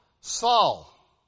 Saul